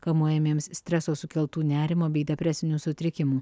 kamuojamiems streso sukeltų nerimo bei depresinių sutrikimų